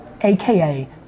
AKA